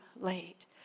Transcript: late